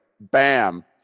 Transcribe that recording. Bam